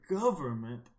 government